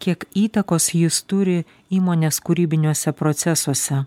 kiek įtakos jis turi įmonės kūrybiniuose procesuose